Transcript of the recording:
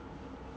ya like